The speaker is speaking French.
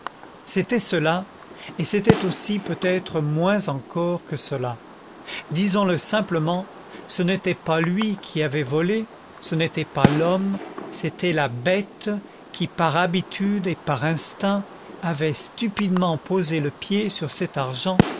c'était cela et c'était aussi peut-être moins encore que cela disons-le simplement ce n'était pas lui qui avait volé ce n'était pas l'homme c'était la bête qui par habitude et par instinct avait stupidement posé le pied sur cet argent